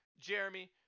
jeremy